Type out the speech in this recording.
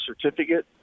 certificate